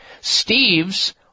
Steve's